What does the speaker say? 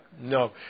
No